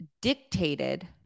dictated